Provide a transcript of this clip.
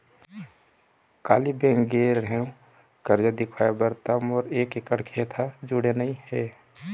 काली bank गे रेहेव करजा लिखवाय बर त मोर एक एकड़ खेत ह जुड़े नइ हे